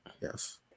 yes